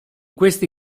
questi